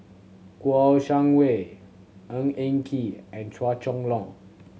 Kouo Shang Wei Ng Eng Kee and Chua Chong Long